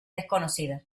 desconocida